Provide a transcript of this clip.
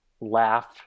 laugh